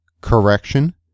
correction